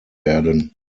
werden